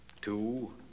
two